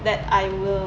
that I will